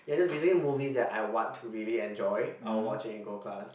ya just basically movies that I want to really enjoy I'll watch it in gold class